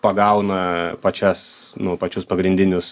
pagauna pačias nu pačius pagrindinius